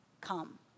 come